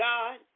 God